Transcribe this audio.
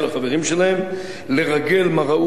לרגל מה ראו רע ומה שמעו רע,